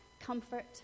comfort